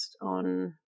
on